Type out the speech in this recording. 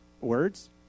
words